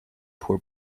poor